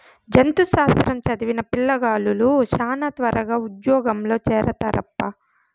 జంతు శాస్త్రం చదివిన పిల్లగాలులు శానా త్వరగా ఉజ్జోగంలో చేరతారప్పా